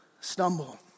stumble